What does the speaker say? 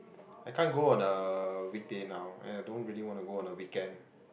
I can't go on a weekday now and I don't really wanna go on a weekend